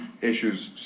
issues